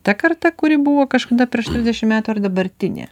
ta karta kuri buvo kažkada prieš trisdešimt metų ar dabartinė